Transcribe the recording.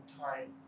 time